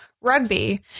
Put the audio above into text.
Rugby